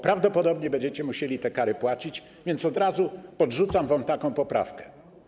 Prawdopodobnie będziecie musieli te kary płacić, więc od razu podrzucam wam taką poprawkę.